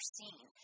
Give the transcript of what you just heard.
seen